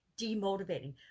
demotivating